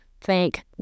Thank